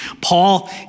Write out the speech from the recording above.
Paul